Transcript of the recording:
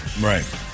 Right